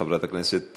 חברת הכנסת